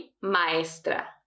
maestra